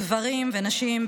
גברים ונשים,